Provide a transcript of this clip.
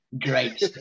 Great